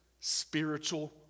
spiritual